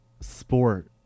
sport